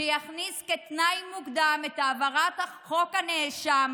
תכניס כתנאי מוקדם את העברת חוק הנאשם,